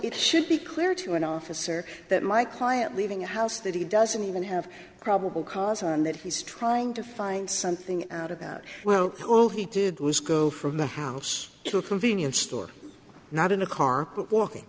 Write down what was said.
it should be clear to an officer that my client leaving a house that he doesn't even have probable cause on that he's trying to find something out about well all he did was go from the house to a convenience store not in a car walking